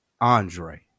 andre